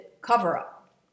Cover-Up